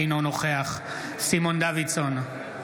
אינו נוכח סימון דוידסון,